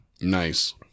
Nice